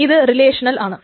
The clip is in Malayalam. ഇത് റിലേഷനൽ ആണ്